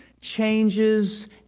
changes